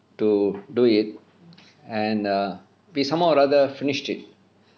to do it and err we some how or rather finished it